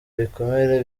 ibikomere